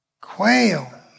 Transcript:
Quail